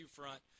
front